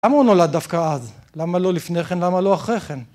למה הוא נולד דווקא אז? למה לא לפני כן? למה לא אחרי כן?